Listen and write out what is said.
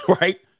Right